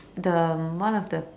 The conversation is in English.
the one of the